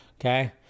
Okay